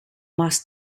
más